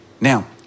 Now